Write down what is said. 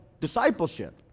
discipleship